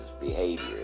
behavior